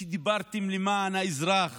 שדיברתם למען האזרח